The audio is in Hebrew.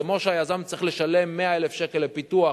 כמו שהיזם צריך לשלם 100,000 שקל לפיתוח